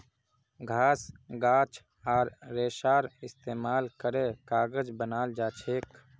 घास गाछ आर रेशार इस्तेमाल करे कागज बनाल जाछेक